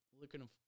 looking